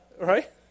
Right